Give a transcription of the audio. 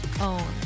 own